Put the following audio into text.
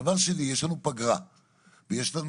דבר שני, יש לנו פגרה ויש לנו